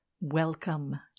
Welcome